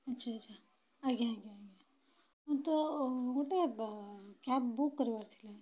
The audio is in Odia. ଆଛା ଆଛା ଆଜ୍ଞା ଆଜ୍ଞା ଆଜ୍ଞା ତ ଗୋଟେ ବ କ୍ୟାବ୍ ବୁକ୍ କରିବାର ଥିଲା